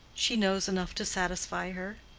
she knows enough to satisfy her.